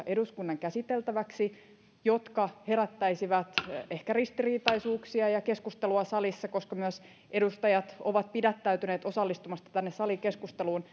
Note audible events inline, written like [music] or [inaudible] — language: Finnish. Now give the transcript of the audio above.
[unintelligible] eduskunnan käsiteltäväksi sellaisia asioita jotka herättäisivät ehkä ristiriitaisuuksia ja keskustelua salissa koska myös edustajat ovat pidättäytyneet osallistumasta tänne salikeskusteluun [unintelligible]